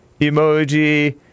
emoji